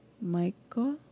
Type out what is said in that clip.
Michael